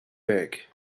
bake